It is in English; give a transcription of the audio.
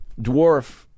dwarf